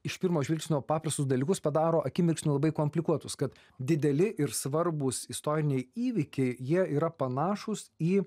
iš pirmo žvilgsnio paprastus dalykus padaro akimirksniu labai komplikuotus kad dideli ir svarbūs istoriniai įvykiai jie yra panašūs į